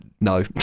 No